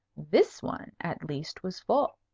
this one, at least, was full.